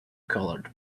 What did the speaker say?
colored